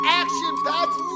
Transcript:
action-packed